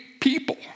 people